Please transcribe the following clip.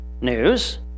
news